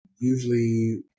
Usually